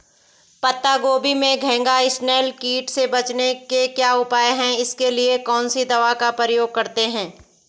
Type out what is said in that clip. पत्ता गोभी में घैंघा इसनैल कीट से बचने के क्या उपाय हैं इसके लिए कौन सी दवा का प्रयोग करते हैं?